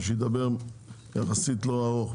אז שידבר יחסית לא ארוך.